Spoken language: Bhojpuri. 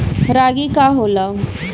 रागी का होला?